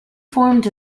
formed